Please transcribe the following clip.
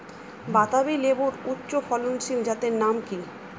বাতাবি লেবুর উচ্চ ফলনশীল জাতের নাম কি?